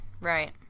right